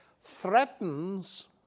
threatens